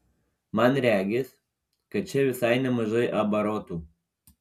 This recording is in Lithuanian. man regis kad čia visai nemažai abarotų